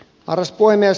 arvoisa puhemies